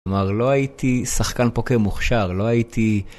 כלומר, לא הייתי שחקן פה כמוכשר, לא הייתי...